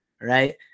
right